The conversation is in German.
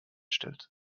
stellt